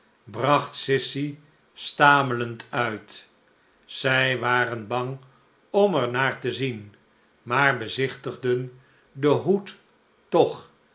bracht sissy stamelend uit zij waren bang om er naar te zien maar bezichtigden den hoed toch